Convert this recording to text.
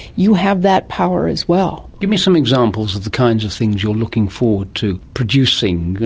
you have that power as well. give me some examples of the kinds of things you're looking forward to producing,